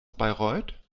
bayreuth